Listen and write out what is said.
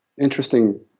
interesting